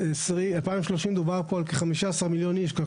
ב-2030 מדובר פה על כ-15 מיליון איש.